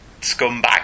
scumbag